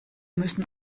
müssen